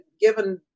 given